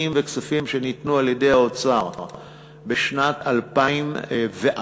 וכספים שניתנו על-ידי האוצר בשנת 2004,